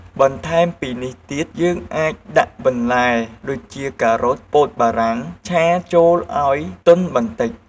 បន្ថែមពីនេះទៀតយើងដាក់បន្លែដូចជា ការ៉ុត ពោតបារាំងឆាចូលឱ្យទន់បន្តិច។